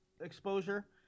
exposure